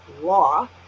law